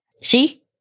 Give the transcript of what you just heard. See